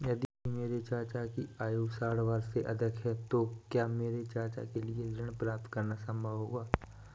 यदि मेरे चाचा की आयु साठ वर्ष से अधिक है तो क्या मेरे चाचा के लिए ऋण प्राप्त करना संभव होगा?